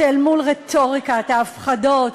שאל מול רטוריקת ההפחדות,